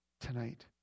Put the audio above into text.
tonight